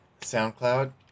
SoundCloud